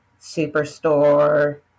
Superstore